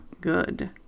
good